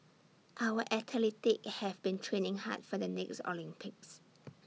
our athletes have been training hard for the next Olympics